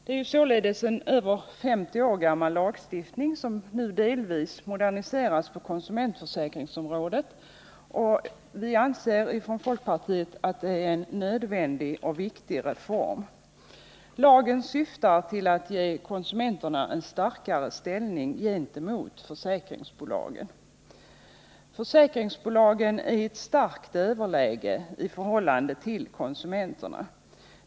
Det är således en över 50 år gammal lagstiftning, som nu delvis moderniseras på konsumentförsäkringsområdet. Vi anser inom folkpartiet att detta är en nödvändig och viktig reform. Lagen syftar till att ge konsumenterna en starkare ställning gentemot försäkringsbolagen. Försäkringsbolagen är i ett starkt överläge i förhållande till konsumenterna.